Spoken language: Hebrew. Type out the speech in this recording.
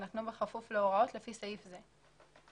יינתנו בכפוף להוראות לפי סעיף זה".